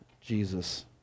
Jesus